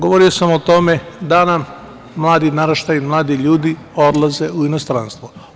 Govorio sam o tome da nam mladi naraštaji i mladi ljudi odlaze u inostranstvo.